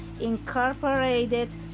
incorporated